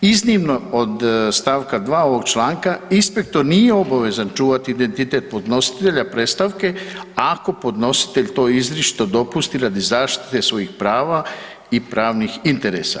Iznimno od st. 2. ovog članka inspektor nije obavezan čuvati identitet podnositelja predstavke ako podnositelj to izričito dopusti radi zaštite svojih prava i pravnih interesa.